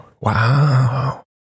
Wow